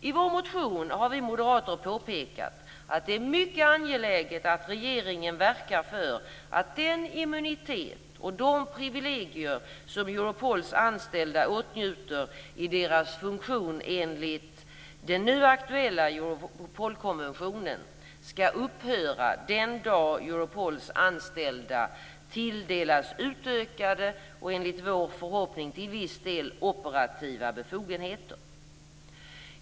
I vår motion har vi moderater påpekat att det är mycket angeläget att regeringen verkar för att den immunitet och de privilegier som Europols anställda åtnjuter i sin funktion enligt den nu aktuella Europolkonventionen skall upphöra den dag Europols anställda tilldelas utökade och, enligt vår förhoppning, till viss del operativa befogenheter.